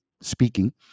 speaking